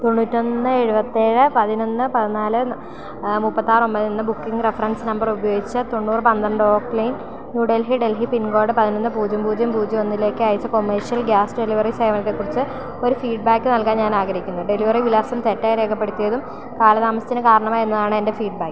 തൊണ്ണൂറ്റിയൊന്ന് എഴുപത്തിയേഴ് പതിനൊന്ന് പതിനാല് മുപ്പത്തിയാറ് ഒമ്പതെന്ന ബുക്കിംഗ് റഫറൻസ് നമ്പർ ഉപയോഗിച്ച് തൊണ്ണൂറ് പന്ത്രണ്ട് oak lane New Delhi Delhi pincode പതിനൊന്ന് പൂജ്യം പൂജ്യം പൂജ്യം ഒന്നിലേക്ക് അയച്ച കൊമേർഷ്യൽ ഗ്യാസ് ഡെലിവറി സേവനത്തെക്കുറിച്ച് ഒരു ഫീഡ്ബാക്ക് നൽകാൻ ഞാനാഗ്രഹിക്കുന്നു ഡെലിവറി വിലാസം തെറ്റായി രേഖപ്പെടുത്തിയതും കാലതാമസത്തിന് കാരണമായി എന്നതാണ് എൻ്റെ ഫീഡ്ബാക്ക്